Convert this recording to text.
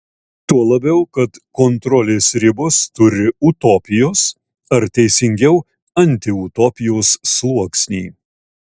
tuo labiau kad kontrolės ribos turi utopijos ar teisingiau antiutopijos sluoksnį